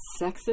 sexist